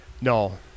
No